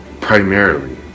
primarily